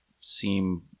seem